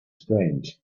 strange